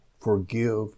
forgive